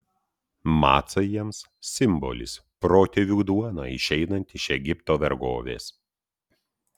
macai jiems simbolis protėvių duona išeinant iš egipto vergovės